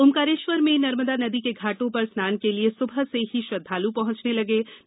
ओंकारेश्वर में नर्मदा नदी के घाटों पर स्नान के लिए सुबह से ही श्रृद्धालु पहुंचने लगे थे